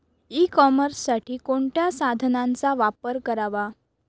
E कॉमर्ससाठी कोणत्या साधनांचा वापर करावा?